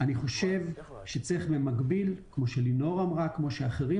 אני חושב שצריך במקביל כמו שלינור אמרה וכמו שאמרו אחרים